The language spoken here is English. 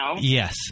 Yes